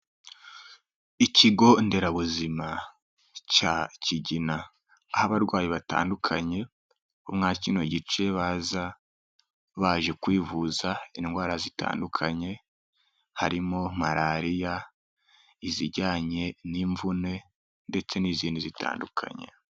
Ikigo nderabuzima cya Kigina aho abarwayi batandukanye bo mwa kino gice baza baje kwivuza indwara zitandukanye, harimo malariya, izijyanye n'imvune ndetse n'izindi zitandukanye.